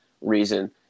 reason